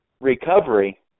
recovery